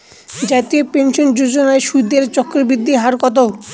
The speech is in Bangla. জাতীয় পেনশন যোজনার সুদের চক্রবৃদ্ধি হার কত?